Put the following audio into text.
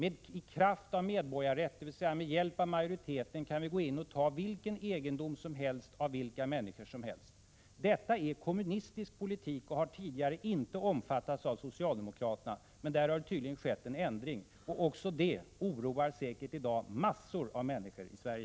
I kraft av medborgarrätten, dvs. med hjälp av majoriteten, anser man sig kunna ta vilken egendom som helst av vilka människor som helst. Detta är kommunistisk politik och har tidigare inte omfattats av socialdemokraterna, men där har det tydligen skett en ändring. Också det oroar säkert i dag massor av människor i Sverige.